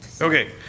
Okay